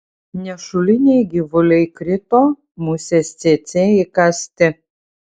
nešuliniai gyvuliai krito musės cėcė įkąsti